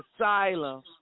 asylum